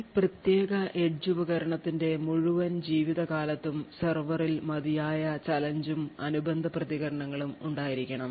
ഈ പ്രത്യേക എഡ്ജ് ഉപകരണത്തിന്റെ മുഴുവൻ ജീവിതകാലത്തും സെർവറിൽ മതിയായ ചാലഞ്ച് ഉം അനുബന്ധ പ്രതികരണങ്ങളും ഉണ്ടായിരിക്കണം